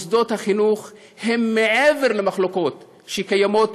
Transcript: מוסדות החינוך הם מעבר למחלוקות שקיימות